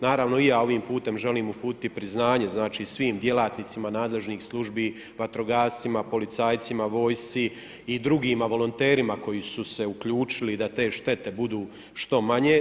Naravno i ja ovim putem želim uputiti priznanje, znači svim djelatnicima nadležnih službi, vatrogascima, policajcima, vojsci i drugima volonterima koji su se uključili da te štete budu što manje.